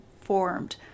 formed